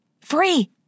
Free